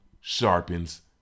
sharpens